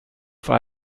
für